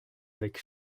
avec